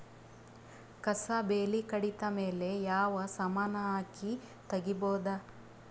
ಕಸಾ ಬೇಲಿ ಕಡಿತ ಮೇಲೆ ಯಾವ ಸಮಾನ ಹಾಕಿ ತಗಿಬೊದ?